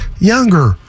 Younger